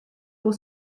pour